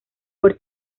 por